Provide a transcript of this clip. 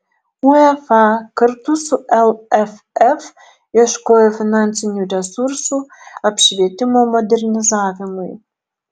uefa kartu su lff ieškojo finansinių resursų apšvietimo modernizavimui